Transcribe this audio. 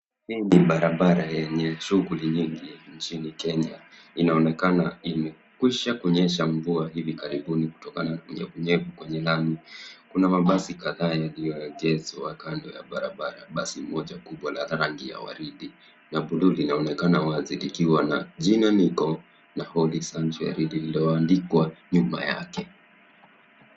Hii ni barabara yenye shughuli nyingi nchini Kenya. Inaonekana imekwisha kunyesha mvua hivi karibuni kutokana unyevunyevu kwenye lami. Kuna mabasi yaliyoegeshwa kando ya barabara. Basi moja kubwa la rangi ya waridi na buluu linaonekana wazi kikiwa na jina NICCO na Holy SUNSHINE lililoandikwa nyuma yake.